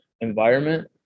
environment